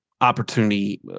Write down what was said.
opportunity